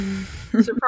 Surprise